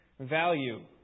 value